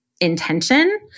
intention